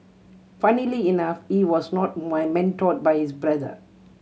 funnily enough he was not mentored by his brother